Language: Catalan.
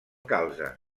calze